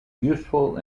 useful